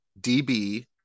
D-B